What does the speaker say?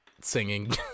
singing